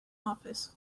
office